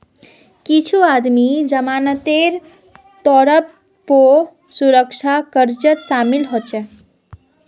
कुछू आदमी जमानतेर तौरत पौ सुरक्षा कर्जत शामिल हछेक